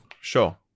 Sure